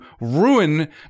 ruin